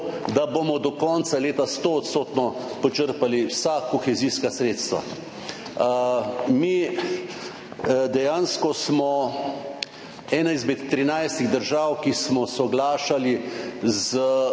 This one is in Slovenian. da bomo do konca leta 100-odstotno počrpali vsa kohezijska sredstva. Dejansko smo ena izmed 13 držav, ki smo soglašali s